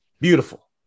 Beautiful